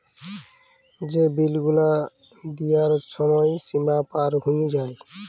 যে বিল গুলা দিয়ার ছময় সীমা পার হঁয়ে যায়